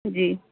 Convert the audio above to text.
جی